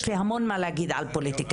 יש לי המון מה להגיד על פוליטיקאים.